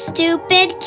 Stupid